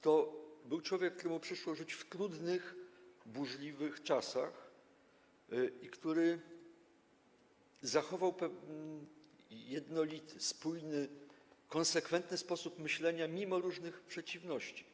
To był człowiek, któremu przyszło żyć w trudnych, burzliwych czasach i który zachował jednolity, spójny, konsekwentny sposób myślenia, mimo różnych przeciwności.